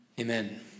Amen